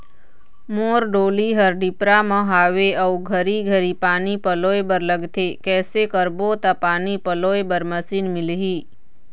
मोर डोली हर डिपरा म हावे अऊ घरी घरी पानी पलोए बर लगथे कैसे करबो त पानी पलोए बर मशीन मिलही?